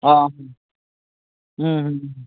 आ